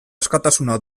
askatasuna